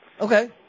Okay